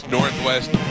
Northwest